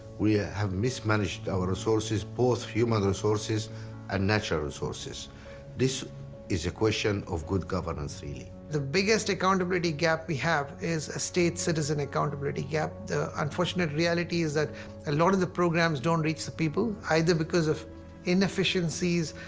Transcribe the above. we ah have mismanaged our resources both human resources and natural resources this is a question of good governance really. the the biggest accountability gap we have is a state citizen accountability gap the unfortunate reality is that a lot of the programs don't reach the people either because of inefficiencies,